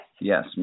Yes